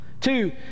Two